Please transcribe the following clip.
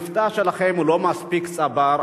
המבטא שלכם לא מספיק צברי,